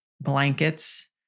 blankets